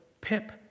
Pip